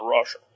Russia